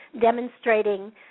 demonstrating